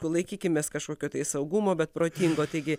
laikykimės kažkokio tai saugumo bet protingo taigi